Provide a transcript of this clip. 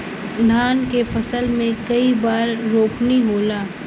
धान के फसल मे कई बार रोपनी होला?